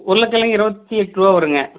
உருளகிழங்கு இருபத்தி எட்ருபா வரும்ங்க